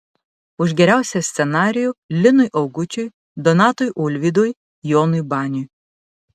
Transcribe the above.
už geriausią scenarijų linui augučiui donatui ulvydui jonui baniui